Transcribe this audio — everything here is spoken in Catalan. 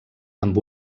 amb